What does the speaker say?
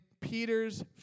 Peter's